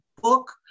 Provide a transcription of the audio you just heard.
book